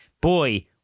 Boy